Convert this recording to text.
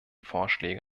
vorschläge